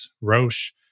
Roche